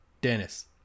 Dennis